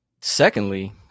Secondly